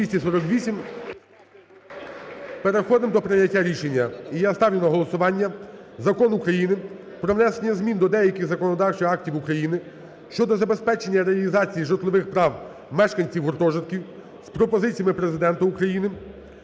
Переходимо до прийняття рішення. І я ставлю на голосування Закон України "Про внесення змін до деяких законодавчих актів України щодо забезпечення реалізації житлових прав мешканців гуртожитків" з пропозиціями Президента України